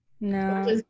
no